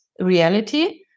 reality